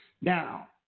Now